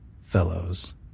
fellow's